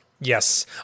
Yes